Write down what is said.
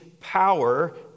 power